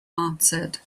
answered